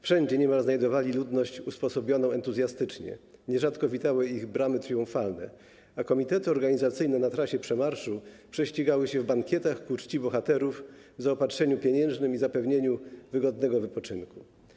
Wszędzie niemal znajdowali ludność usposobioną entuzjastycznie, nierzadko witały ich bramy triumfalne, a komitety organizacyjne na trasie przemarszu prześcigały się w bankietach ku czci bohaterów, zaopatrzeniu pieniężnym i zapewnieniu wygodnego wypoczynku.